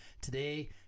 today